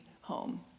home